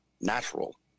natural